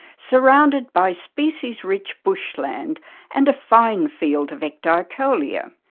surrounded by species-rich bushland and a fine field of ecdeiocolea.